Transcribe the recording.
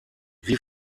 wie